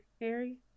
harry